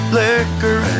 liquor